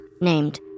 named